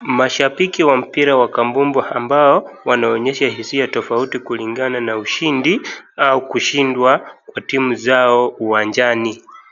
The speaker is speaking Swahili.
Mashabiki wa mpira wa kambubu ambao wanaonyesha hisia tofauti kulingana na ushindi au kushindwa Kwa timu zao uwanjani.